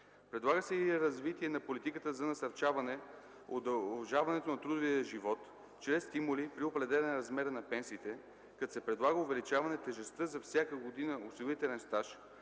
Предлага се и развитие на политиката за насърчаване удължаването на трудовия живот чрез стимули при определяне размера на пенсиите, като се предлага увеличаване тежестта за всяка година осигурителен стаж